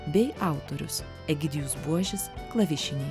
bei autorius egidijus buožis klavišiniai